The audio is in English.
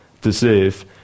deserve